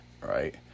right